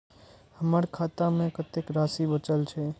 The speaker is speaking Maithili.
हमर खाता में कतेक राशि बचल छे?